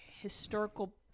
historical